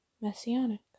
messianic